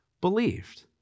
believed